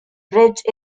bridge